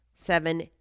seven